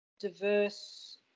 diverse